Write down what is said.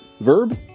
verb